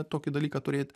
tokį dalyką turėt